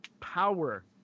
power